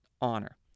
honor